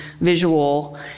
visual